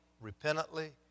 repentantly